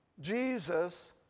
Jesus